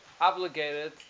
obligated